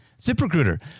ZipRecruiter